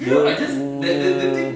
dia punya